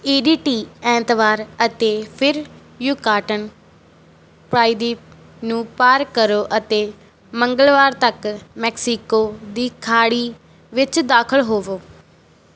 EDT ਐਤਵਾਰ ਅਤੇ ਫਿਰ ਯੂਕਾਟਨ ਪ੍ਰਾਇਦੀਪ ਨੂੰ ਪਾਰ ਕਰੋ ਅਤੇ ਮੰਗਲਵਾਰ ਤੱਕ ਮੈਕਸੀਕੋ ਦੀ ਖਾੜੀ ਵਿੱਚ ਦਾਖਲ ਹੋਵੋ